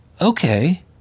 okay